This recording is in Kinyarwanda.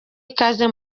ikaze